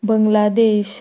Bangladesh